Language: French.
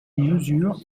mesure